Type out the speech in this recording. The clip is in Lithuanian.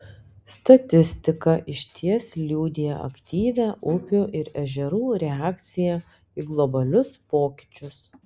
statistika išties liudija aktyvią upių ir ežerų reakciją į globalius pokyčius